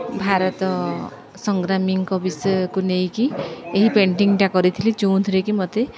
ଭାରତ ସଂଗ୍ରାମୀଙ୍କ ବିଷୟକୁ ନେଇକି ଏହି ପେଣ୍ଟିଂଟା କରିଥିଲି ଯେଉଁଥିରେକି ମୋତେ